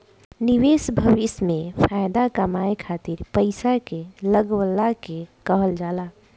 निवेश भविष्य में फाएदा कमाए खातिर पईसा के लगवला के कहल जाला